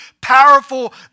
powerful